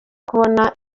kubona